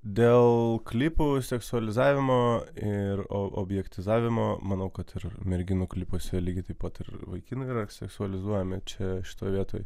dėl klipų seksualizavimo ir objektizavimo manau kad ir merginų klipuose lygiai taip pat ir vaikinai yra seksualizuojami tai čia šitoje vietoj